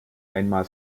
einmal